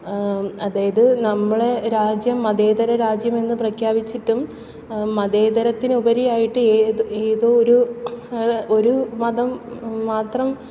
അതായത് നമ്മളെ രാജ്യം മതേതരരാജ്യമെന്ന് പ്രഖ്യാപിച്ചിട്ടും മതേതരത്തിന് ഉപരി ആയിട്ട് ഏത് ഏതോ ഒരു ഒരു മതം മാത്രം